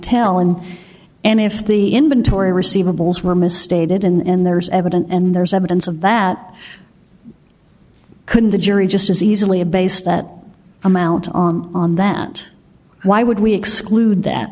tell him and if the inventory receivables were misstated and there's evidence and there's evidence of that couldn't the jury just as easily a base that amount on that why would we exclude that